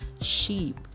sheep